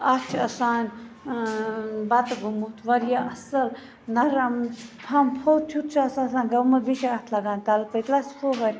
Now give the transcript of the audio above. اَتھ چھِ آسان بتہٕ گوٚومت واریاہ اَصٕل نَرم پھمب پھوٚت ہیوٗ چھُ گوٚمُت بیٚیہِ چھِ اَتھ لَگان تَلہٕ پٔتِلَس پھُہٕر